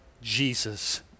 Jesus